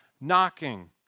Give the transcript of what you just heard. knocking